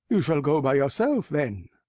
you shall go by yourself then.